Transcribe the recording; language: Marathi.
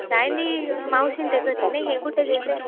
सायली मावशी आणि ते घरी नाही आहे कुठे गेले